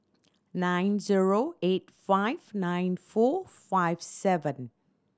nine zero eight five nine four five seven